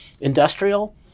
industrial